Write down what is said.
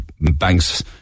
banks